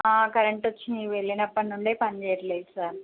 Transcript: current వచ్చి వెళ్ళినప్పుడి నుండే పనిచేయట్లేదు సార్